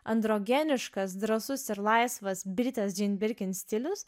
androginiškas drąsus ir laisvas britės džin birkin stilius